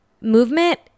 movement